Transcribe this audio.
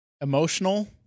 Emotional